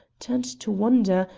turned to wonder,